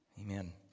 amen